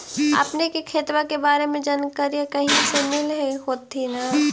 अपने के खेतबा के बारे मे जनकरीया कही से मिल होथिं न?